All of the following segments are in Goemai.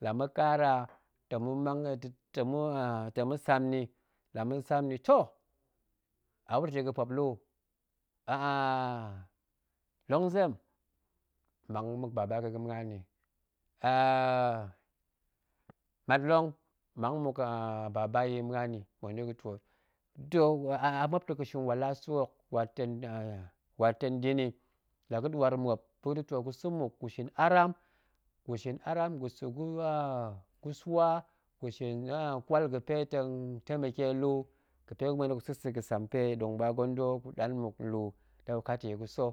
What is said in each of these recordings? Ta̱ ma̱ mang, ta̱ ma̱ sam ni, la ma̱sam ni toh, a wuro ta̱ ga̱pueyplu a longzem, mang mmuek baba ga̱ ga̱muan nni, a matlong, mang mmuk baba ya̱ yi muan nni, muen da̱ gu twoot ta a muop ta̱ ma̱shin wala sa̱ hok waar tong waar ta̱ da̱ni lagu ɗwar muop buk da̱gu twoot gusa̱ mmuk gushin aram, gushin aram, gusa̱ guswa, gushin kwal ga̱pe ta temeke tu, ga̱pe ta̱gu muen da̱ gu sa̱sa̱ ga̱sampe ɗong ba godo guɗan mmuk nlu ɗegu kat yi gusa̱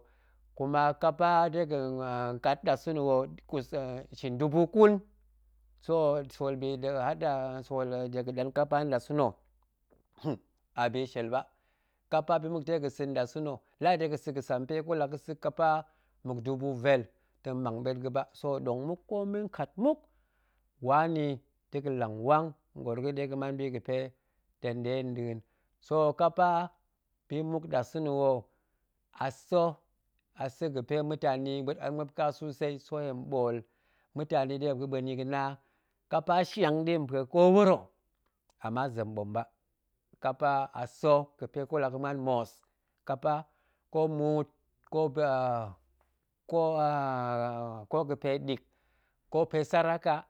kuma kapa dega ƙat nɗasa̱na̱ ho shin dubu kun, so sool ɓi dega̱ haɗa, sool dega̱ ɗan kapa nɗasa̱na̱ hin, a bi shiel ba, kapa bi muk dega̱n sa̱ nɗa sang la a daga sa gasampe ko la ga̱sa̱ kapa mmuk dubu vel ta̱ mang ɓet ga̱ba so dong muk komi kat muk wan nni da̱ ga̱lang wang ngoor ga̱, ɗe ga̱mong bi ga̱pe to̱ng ɗe yinɗa̱a̱n, so ƙapa bi muk nɗasa̱na̱ wo, a sa̱ a sa̱ ga̱pe mutani ɓuet-an muop ka susei, so hen ɓool mutani ɗe muop ga̱ ɓuen yi ga̱na, kapa shiang nɗe mpue ko wuro, ama zem ɓom ba, kapa a sa̱ ga̱pe ko la ga̱ muan moos, kapa ko muut, ko ko ga̱pe ɗik, ko pe saraka